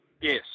Yes